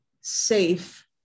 safe